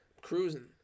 cruising